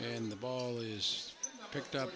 and the ball is picked up